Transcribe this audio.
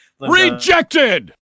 rejected